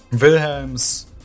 Wilhelm's